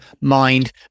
mind